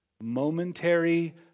momentary